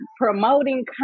promoting